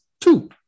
Two